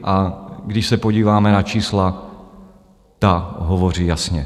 A když se podíváme na čísla, ta hovoří jasně.